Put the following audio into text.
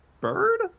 bird